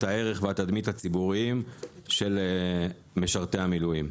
הערך והתדמית הציבוריים של משרתי המילואים.